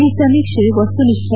ಈ ಸಮೀಕ್ಷೆ ವಸ್ತುನಿಷ್ಠ